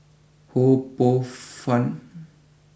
Ho Poh fun